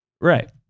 Right